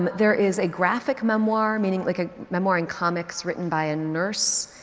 there is a graphic memoir meaning like a memoir in comics written by a nurse.